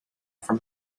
from